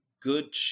good